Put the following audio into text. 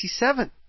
1967